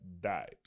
died